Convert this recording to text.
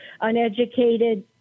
uneducated